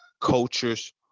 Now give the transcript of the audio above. cultures